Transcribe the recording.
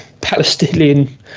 Palestinian